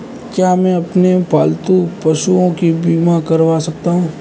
क्या मैं अपने पालतू पशुओं का बीमा करवा सकता हूं?